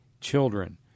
children